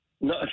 No